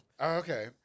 Okay